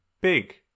big